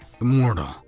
immortal